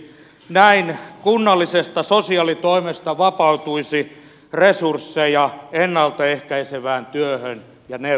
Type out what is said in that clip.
näin kunnallisesta sosiaalitoimesta vapautuisi resursseja ennalta ehkäisevään työhön ja neuvontaan